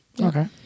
Okay